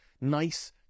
nice